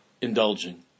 indulging